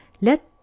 Let